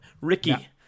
Ricky